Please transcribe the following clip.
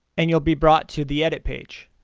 and you'll be brought to the edit page.